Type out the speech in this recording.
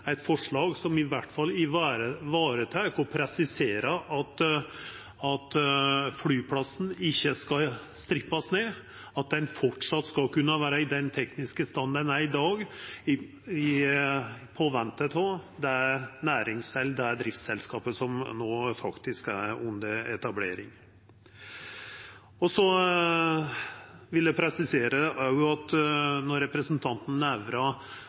eit forslag som i alle fall varetek og presiserer at flyplassen ikkje skal strippast ned, og at han framleis skal kunna vera i den tekniske stand han er i dag, medan ein ventar på det driftsselskapet som no er under etablering. Eg vil òg presisera at når representanten Nævra